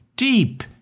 deep